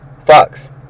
Fox